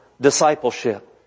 discipleship